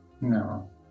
No